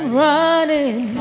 running